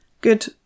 good